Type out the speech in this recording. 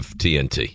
tnt